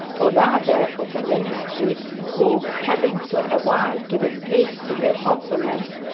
or rather of a ministry who, having for a while given place to their opponents,